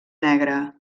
negra